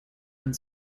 and